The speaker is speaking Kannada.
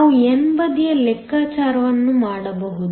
ನಾವು n ಬದಿಯ ಲೆಕ್ಕಾಚಾರವನ್ನು ಮಾಡಬಹುದು